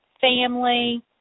family